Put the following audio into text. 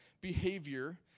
behavior